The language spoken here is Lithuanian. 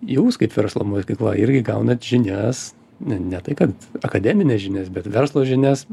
jūs kaip verslo mokykla irgi gaunat žinias ne tai kad akademines žinias bet verslo žinias